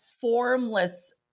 formless